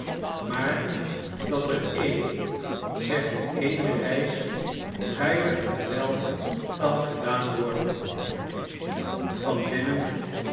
maar dat er een zegge n reis veilig en wel kan gedaan worden